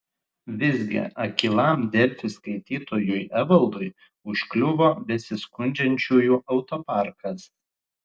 visgi akylam delfi skaitytojui evaldui užkliuvo besiskundžiančiųjų autoparkas